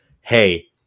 hey